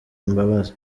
imbabazi